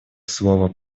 слово